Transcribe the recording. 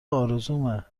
آرزومه